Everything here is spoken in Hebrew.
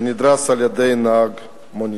נדרס על-ידי נהג מונית.